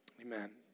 Amen